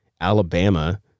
Alabama